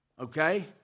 okay